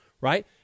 Right